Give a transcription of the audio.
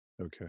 Okay